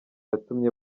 yatumye